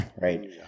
right